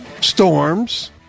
storms